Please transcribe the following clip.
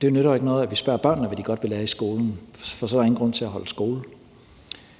Det nytter jo ikke noget, at vi spørger børnene, hvad de gerne vil lære i skolen, for så er der ingen grund til at holde skole.